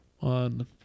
on